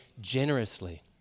generously